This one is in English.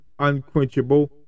unquenchable